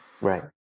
right